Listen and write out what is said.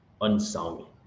unsung